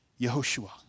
Yehoshua